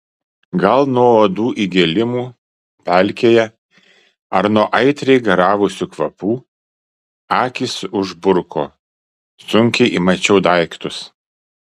gal nuo uodų įgėlimų pelkėje ar nuo aitriai garavusių kvapų akys užburko sunkiai įmačiau daiktus